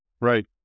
Right